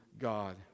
God